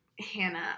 hannah